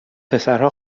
پسرها